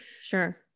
sure